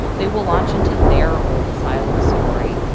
they will launch into their old asylum story,